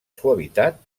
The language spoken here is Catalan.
suavitat